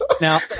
Now